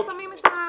איפה שמים את הגבול,